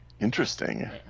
Interesting